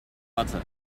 butter